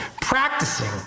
practicing